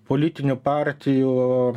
politinių partijų